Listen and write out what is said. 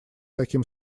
таким